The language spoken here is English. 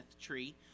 tree